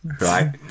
right